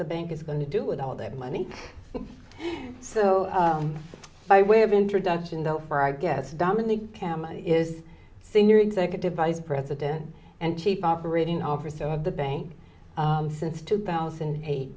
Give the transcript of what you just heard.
the bank is going to do with all that money so by way of introduction though for i guess dominic cam is senior executive vice president and chief operating officer of the bank since two thousand and eight